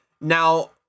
Now